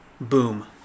boom